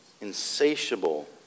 insatiable